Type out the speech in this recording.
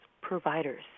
providers